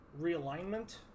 realignment